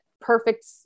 perfect